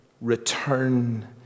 return